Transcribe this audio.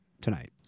tonight